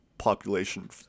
population